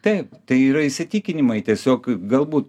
taip tai yra įsitikinimai tiesiog galbūt